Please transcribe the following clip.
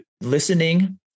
listening